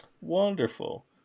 wonderful